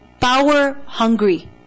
power-hungry